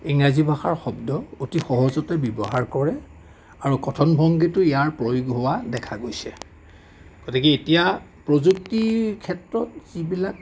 ইংৰাজী ভাষাৰ শব্দ অতি সহজতে ব্যৱহাৰ কৰে আৰু কথন ভংগীত ইয়াৰ প্ৰয়োগ হোৱা দেখা গৈছে গতিকে এতিয়া প্ৰযুক্তিৰ ক্ষেত্ৰত যিবিলাক